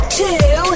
two